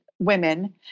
Women